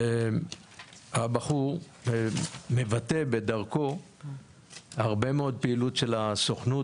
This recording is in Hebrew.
והבחור מבטא בדרכו הרבה מאוד פעילות של הסוכנות,